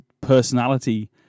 personality